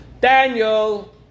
Daniel